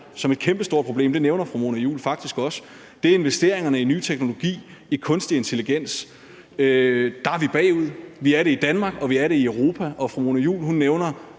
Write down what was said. som et kæmpestort problem, og det nævner fru Mona Juul faktisk også, er investeringerne i ny teknologi, i kunstig intelligens. Der er vi bagud. Vi er det i Danmark, og vi er det i Europa. Fru Mona Juul nævner